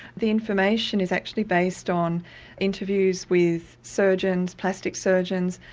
the information is actually based on interviews with surgeons, plastic surgeons,